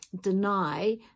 deny